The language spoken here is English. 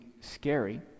scary